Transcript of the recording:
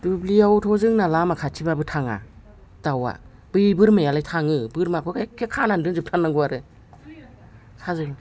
दुब्लियावथ' जोंना लामा खाथिबाबो थाङा दाउवा बै बोरमायालाय थाङो बोरमाखौ एक्के खानानै दोनजोब थारनांगौ आरो साजों